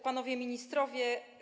Panowie Ministrowie!